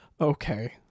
okay